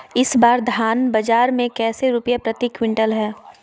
इस बार धान बाजार मे कैसे रुपए प्रति क्विंटल है?